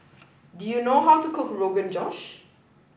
do you know how to cook Rogan Josh